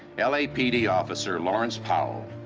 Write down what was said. lapd officer laurence powell,